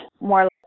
more